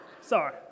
Sorry